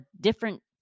different